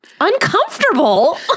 Uncomfortable